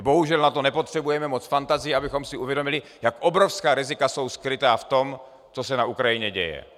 Bohužel na to nepotřebujeme moc fantazie, abychom si uvědomili, jak obrovská rizika jsou skrytá v tom, co se na Ukrajině děje.